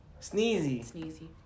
Sneezy